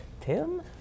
Tim